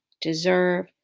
deserve